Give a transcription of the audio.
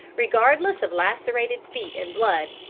regardless of lacerated feet and blood,